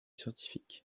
scientifiques